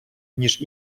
ніж